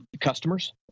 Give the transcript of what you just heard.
customers